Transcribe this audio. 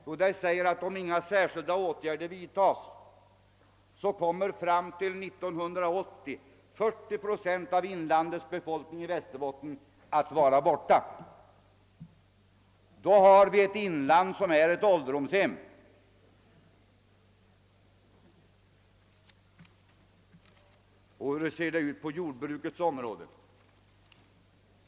Jo, den säger att om inga särskilda åtgärder vidtas kommer 40 procent av befolkningen i Västerbottens inland att vara borta år 1980 — och då har vi fått ett inland som är ett ålderdomshem! Hur ser det ut på jordbrukets område?